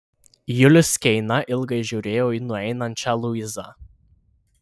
julius keina ilgai žiūrėjo į nueinančią luizą